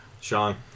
Sean